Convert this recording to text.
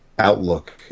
outlook